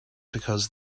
because